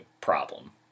problem